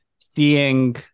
Seeing